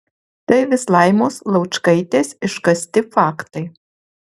tai vis laimos laučkaitės iškasti faktai